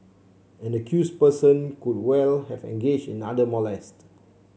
an accused person could well have engaged in other molest